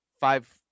five